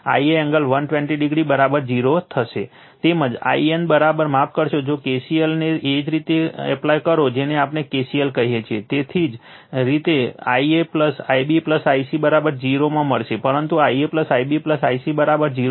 તેમજ In માફ કરશો જો KCLને પણ એવી જ રીતે એપ્લાય કરો જેને આપણે KCL કહીએ છીએ તેવી જ રીતે I a I b I c 0 મળશે પરંતુ I a I b I c બરાબર 0 છે